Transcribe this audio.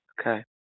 Okay